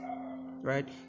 right